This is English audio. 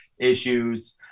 issues